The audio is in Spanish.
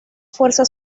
fuerza